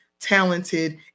talented